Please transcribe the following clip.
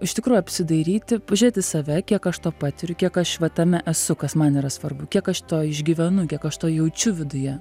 iš tikrųjų apsidairyti pažiūrėt į save kiek aš to patiriu kiek aš va tame esu kas man yra svarbu kiek aš to išgyvenu kiek aš to jaučiu viduje